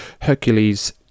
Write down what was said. Hercules